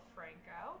Franco